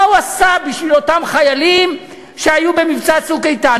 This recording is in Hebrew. מה הוא עשה בשביל אותם חיילים שהיו במבצע "צוק איתן"?